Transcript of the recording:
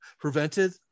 prevented